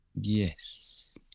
Yes